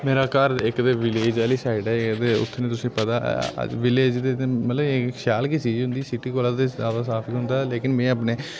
मेरा घर इक ते बिलेज आह्ली साइड ऐ उत्थें ते तसेंगी पता ऐ बिलेज दे मतलब शैल गै चीज़ होंदी सिटी कोलां ते ज्यादा साफ गै होंदा ऐ लेकिन मैं अपने